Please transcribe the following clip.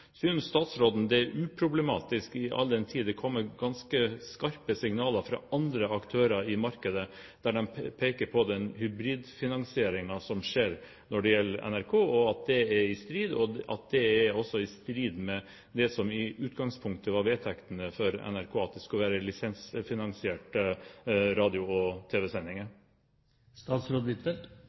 statsråden det er uproblematisk, all den tid det kommer ganske skarpe signaler fra andre aktører i markedet der de peker på den hybridfinansieringen som skjer når det gjelder NRK, og at den er i strid med det som i utgangspunktet var vedtektene for NRK, at det skulle være lisensfinansierte radio- og